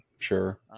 Sure